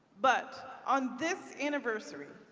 but, on this anniversary,